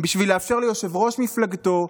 בשביל לאפשר ליושב-ראש מפלגתו,